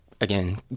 again